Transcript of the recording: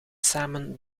samen